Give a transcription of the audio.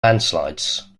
landslides